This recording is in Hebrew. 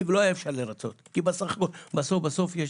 בסך הכול בסוף יש